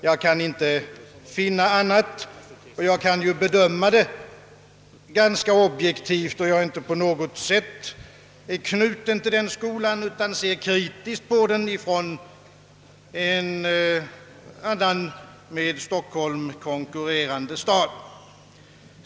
Jag kan inte finna annat, och jag kan bedöma detta ganska objektivt, då jag inte på något sätt är knuten till skolan, utan ser kritiskt på den från en annan, med Stockholm konkurrerande stad.